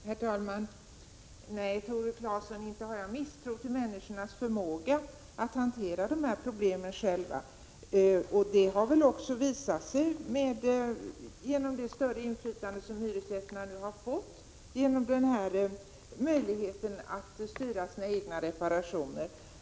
Herr talman! Nej, Tore Claeson, inte har jag misstrott människornas förmåga att hantera de här frågorna själva. Det har också visat sig genom det större inflytande hyresgästerna nu har fått genom möjligheten att styra sina egna reparationer.